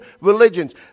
religions